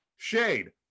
shade